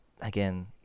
again